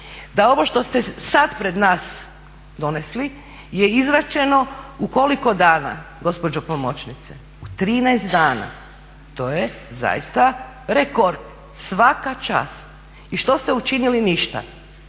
da ovo što ste sad pred nas donesli je izrečeno u koliko dana gospođo pomoćnice? U 13 dana. To je zaista rekord. Svaka čast. I što ste učinili, ništa,